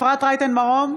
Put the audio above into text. אפרת רייטן מרום,